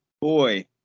boy